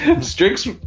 Strix